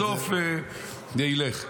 בסוף זה ילך.